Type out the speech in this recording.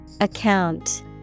Account